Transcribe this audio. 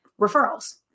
referrals